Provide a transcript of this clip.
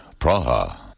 Praha